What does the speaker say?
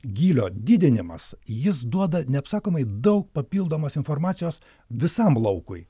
gylio didinimas jis duoda neapsakomai daug papildomos informacijos visam laukui